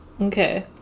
Okay